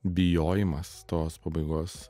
bijojimas tos pabaigos